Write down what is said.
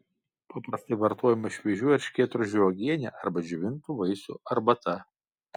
paprastai vartojama šviežių erškėtrožių uogienė arba džiovintų vaisių arbata